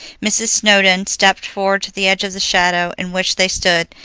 mrs. snowdon stepped forward to the edge of the shadow in which they stood,